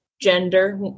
gender